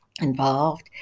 involved